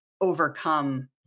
overcome